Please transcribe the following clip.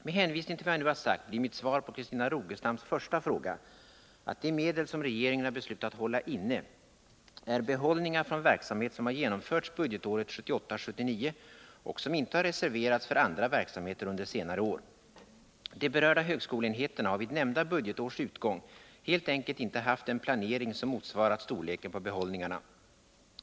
Med hänvisning till vad jag nu har sagt blir mitt svar på Christina Rogestams första fråga att de medel som regeringen har beslutat hålla inne är behållningar från verksamhet som har genomförts budgetåret 1978/79 och som inte har reserverats för andra verksamheter under senare år. De berörda högskoleenheterna har vid nämnda budgetårs utgång helt enkelt inte haft en planering som motsvarat storleken på behållningarna.